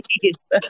please